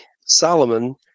Solomon